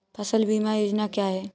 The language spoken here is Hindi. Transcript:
फसल बीमा योजना क्या है?